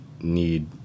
need